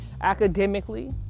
Academically